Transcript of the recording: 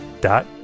dot